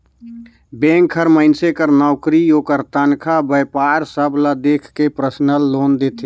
bank हर मइनसे कर नउकरी, ओकर तनखा, बयपार सब ल देख के परसनल लोन देथे